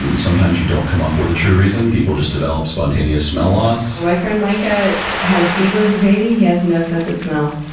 um sometimes you don't come up with a true reason. people just develop spontaneous smell loss. my friend micah had a fever as a baby. he has no sense of smell.